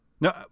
No